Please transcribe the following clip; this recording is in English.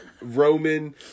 Roman